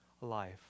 life